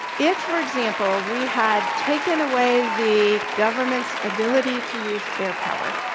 if, for example, we had taken away the government's ability to use air power,